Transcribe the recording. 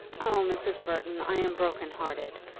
oh, mrs. burton, i am broken-hearted.